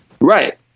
Right